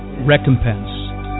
recompense